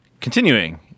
Continuing